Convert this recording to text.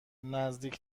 نزدیک